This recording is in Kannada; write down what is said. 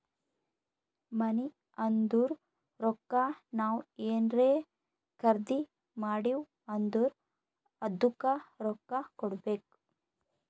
ಮನಿ ಅಂದುರ್ ರೊಕ್ಕಾ ನಾವ್ ಏನ್ರೇ ಖರ್ದಿ ಮಾಡಿವ್ ಅಂದುರ್ ಅದ್ದುಕ ರೊಕ್ಕಾ ಕೊಡ್ಬೇಕ್